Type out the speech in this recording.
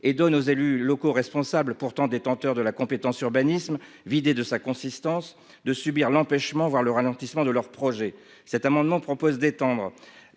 et donne aux élus locaux responsables pourtant détenteurs de la compétence urbanisme vidé de sa consistance de subir l'empêchement voir le ralentissement de leurs projets. Cet amendement propose d'étendre